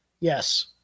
Yes